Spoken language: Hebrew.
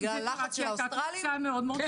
בגלל הלחץ שהאוסטרלים הפעילו?